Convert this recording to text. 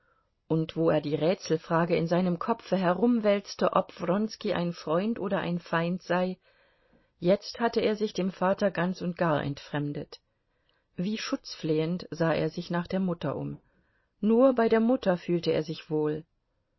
und wo er die rätselfrage in seinem kopfe herumwälzte ob wronski ein freund oder ein feind sei jetzt hatte er sich dem vater ganz und gar entfremdet wie schutzflehend sah er sich nach der mutter um nur bei der mutter fühlte er sich wohl